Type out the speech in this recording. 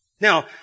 Now